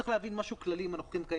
צריך להבין משהו כללי בתיירות.